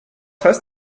heißt